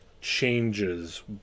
changes